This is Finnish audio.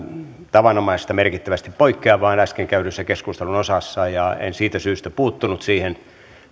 tavanomaisesta merkittävästi poikkeavaa äsken käydyssä keskustelun osassa ja en siitä syystä puuttunut siihen